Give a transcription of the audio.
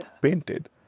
painted